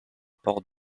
port